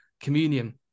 communion